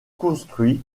construit